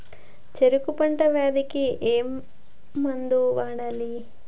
చెరుకు పంట వ్యాధి కి ఏ మందు వాడాలి?